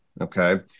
okay